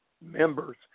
members